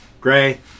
Gray